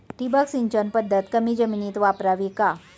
ठिबक सिंचन पद्धत कमी जमिनीत वापरावी का?